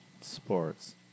Sports